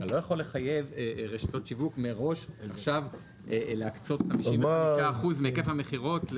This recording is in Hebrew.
אתה לא יכול לחייב רשתות שיווק מראש עכשיו להקצות 55% מהיקף המכירות.